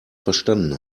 verstanden